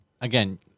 again